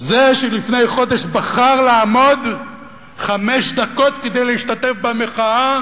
זה שלפני חודש בחר לעמוד חמש דקות כדי להשתתף במחאה